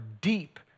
deep